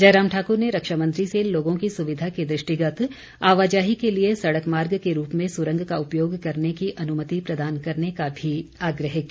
जयराम ठाक्र ने रक्षामंत्री से लोगों की सुविधा के दृष्टिगत आवाजाही के लिए सड़क मार्ग के रूप में सुरंग का उपयोग करने की अनुमति प्रदान करने का भी आग्रह किया